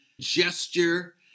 gesture